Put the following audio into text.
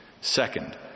Second